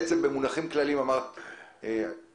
בעצם אמרת במונחים כלליים שהמדרגה הזאת